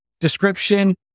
description